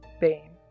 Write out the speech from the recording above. Bane